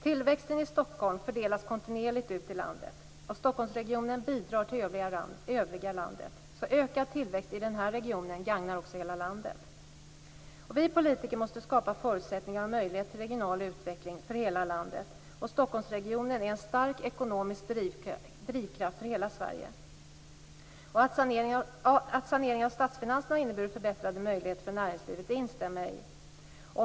Tillväxten i Stockholm fördelas kontinuerligt ut i landet. Stockholmsregionen bidrar till övriga landet. Ökad tillväxt i den här regionen gagnar också hela landet. Vi politiker måste skapa förutsättningar och möjligheter för regional utveckling över hela landet. Stockholmsregionen är en stark ekonomisk drivkraft för hela Sverige. Att saneringen av statsfinanserna har inneburit förbättrade möjligheter för näringslivet instämmer jag i.